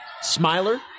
Smiler